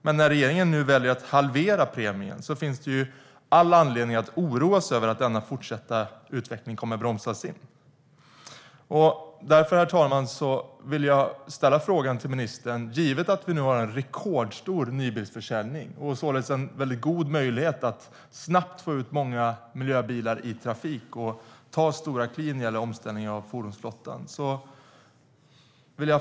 Men när regeringen nu väljer att halvera premien finns det all anledning att oroa sig över att denna utveckling kommer att bromsas in. Jag vill därför ställa en fråga till ministern, givet att vi nu har en rekordstor nybilsförsäljning och således en mycket god möjlighet att snabbt få ut många miljöbilar i trafik och ta stora kliv när det gäller omställningen av fordonsflottan.